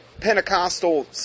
Pentecostal